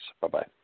bye-bye